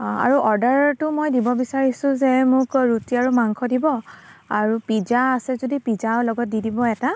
অঁ আৰু অৰ্ডাৰতো মই দিব বিচাৰিছোঁ যে মোক ৰুটি আৰু মাংস দিব আৰু পিজ্জা আছে যদি পিজ্জাও লগত দি দিব এটা